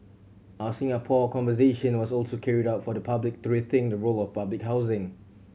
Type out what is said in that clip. our Singapore Conversation was also carried out for the public to rethink the role of public housing